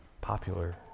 popular